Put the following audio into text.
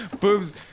boobs